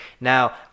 now